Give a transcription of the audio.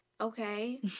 okay